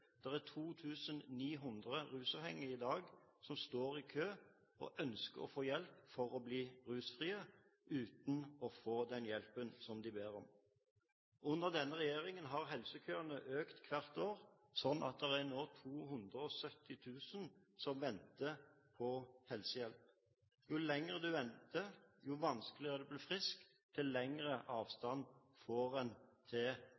og ønsker å få hjelp til å bli rusfrie – uten å få den hjelpen de ber om. Under denne regjeringen har helsekøene økt hvert år, slik at det nå er 270 000 som venter på helsehjelp. Jo lenger du venter, dess vanskeligere er det å bli frisk og dess lengre avstand får en til